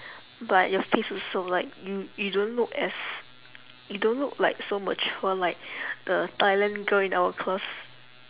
but your face also like you you don't look as you don't look like so mature like the thailand girl in our class